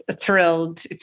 thrilled